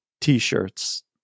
T-shirts